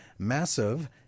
Massive